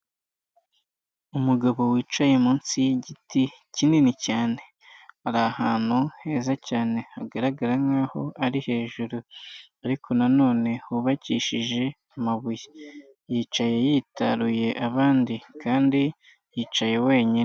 Umugabo wicaye munsi y'igiti kinini cyane ari ahantu heza cyane hagaragara nkaho ari hejuru ,ariko na none hubakishije amabuye ,yicaye yitaruye abandi kandi yicaye wenyine.